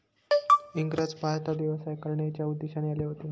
इंग्रज भारतात व्यवसाय करण्याच्या उद्देशाने आले होते